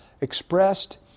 expressed